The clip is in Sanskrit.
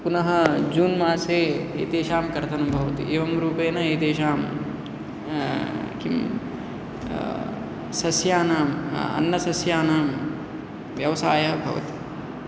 पुनः जून् मासे एतेषां कर्तनं भवति एवं रूपेण एतेषां किं सस्यानाम् अन्नसस्यानां व्यवसायः भवति